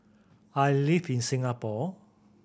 I live in Singapore